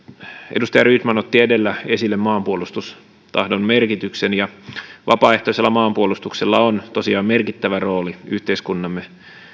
edustaja rydman otti edellä esille maanpuolustustahdon merkityksen ja vapaaehtoisella maanpuolustuksella on tosiaan merkittävä rooli yhteiskuntamme